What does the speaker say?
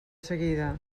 seguida